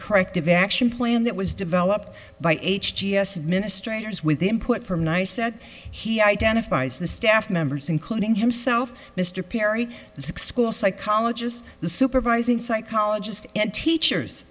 corrective action plan that was developed by h g s administrators with input from ny said he identifies the staff members including himself mr perry the school psychologist the supervising psychologist and teachers